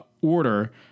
order